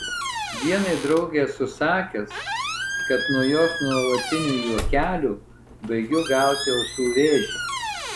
vienai draugei esu sakęs kad nuo jos nuolatinių juokelių baigiu gauti ausų vėžį